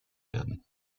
werden